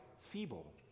feeble